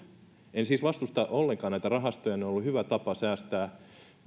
en siis vastusta ollenkaan näitä rahastoja ne ovat olleet hyvä tapa säästää